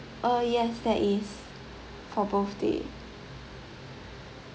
uh yes there is for birthday